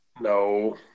No